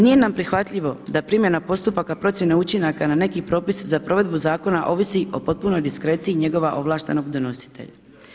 Nije nam prihvatljivo da primjena postupaka procjene učinaka na neki propis za provedbu zakona ovisi o potpunoj diskreciji njegova ovlaštenog donositelja.